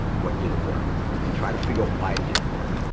what didn't work and try to figure out why it didn't work.